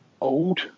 old